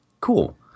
cool